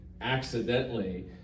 accidentally